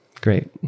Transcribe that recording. Great